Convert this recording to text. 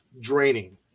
draining